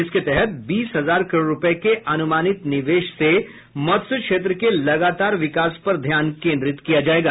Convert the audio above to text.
इसके तहत बीस हजार करोड़ रूपए के अनुमानित निवेश से मत्स्य क्षेत्र के लगातार विकास पर ध्यान केन्द्रित किया जाएगा